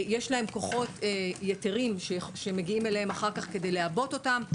יש להם כוחות יתרים שמגיעים אליהם אחר כך כדי לעבות אותם.